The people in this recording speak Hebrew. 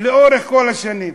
לאורך כל השנים,